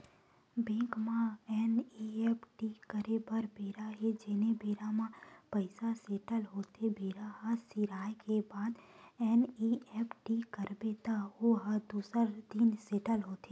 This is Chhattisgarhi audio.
बेंक म एन.ई.एफ.टी करे बर बेरा हे जेने बेरा म पइसा सेटल होथे बेरा ह सिराए के बाद एन.ई.एफ.टी करबे त ओ ह दूसर दिन सेटल होथे